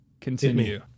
continue